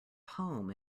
home